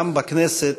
גם בכנסת,